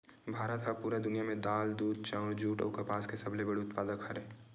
भारत हा पूरा दुनिया में दाल, दूध, चाउर, जुट अउ कपास के सबसे बड़े उत्पादक हरे